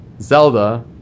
Zelda